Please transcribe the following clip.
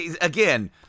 again